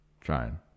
Trying